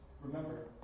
Remember